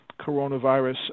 coronavirus